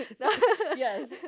Yes